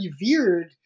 revered